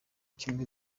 kimwe